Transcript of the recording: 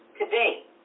Today